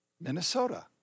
Minnesota